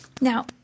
Now